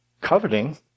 coveting